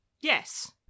Yes